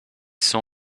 saw